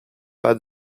pas